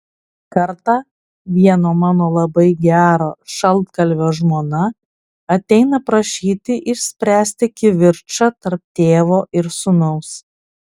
kartą vieno mano labai gero šaltkalvio žmona ateina prašyti išspręsti kivirčą tarp tėvo ir sūnaus